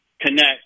Connect